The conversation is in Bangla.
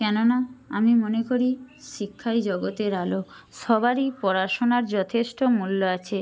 কেননা আমি মনে করি শিক্ষাই জগতের আলো সবারই পড়াশোনার যথেষ্ট মূল্য আছে